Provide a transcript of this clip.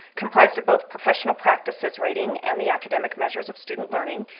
comprised of both professional practices rating and the academic measures of student learning,